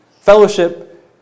Fellowship